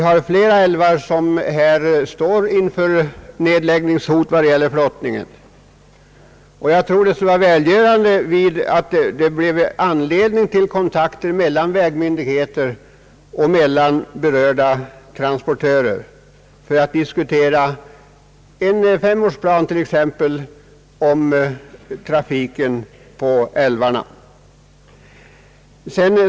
I flera älvar hotas flottningen av nedläggning, och jag tror att det skulle vara välgörande om kontakter togs mellan vägmyndigheter och transportörer för att diskutera t.ex. en femårsplan angående virkestransporterna.